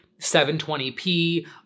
720p